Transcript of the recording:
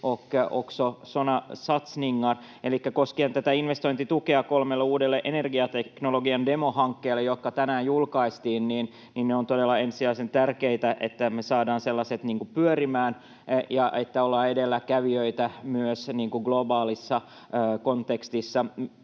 sådana satsningar. Elikkä koskien tätä investointitukea kolmelle uudelle energiateknologian demohankkeelle, jotka tänään julkaistiin. On todella ensisijaisen tärkeätä, että me saamme sellaiset pyörimään ja että ollaan edelläkävijöitä myös globaalissa kontekstissa.